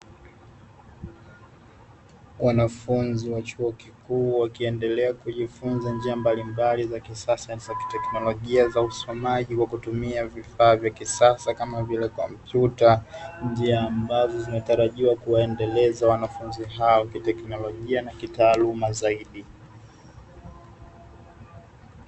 Wanafunzi wa chuo kikuu wakiendelea kujifunza njia mbalimbali za kisasa ka zakiteknolojia za usomaji kwa kutumia vifaa vya kisasa kama kompyuta, njia ambazo zinatarajiwa kuwaendeleza wanafunzi hao kiteknolojia na kitaaluma zaidi